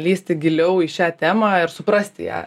lįsti giliau į šią temą ir suprasti ją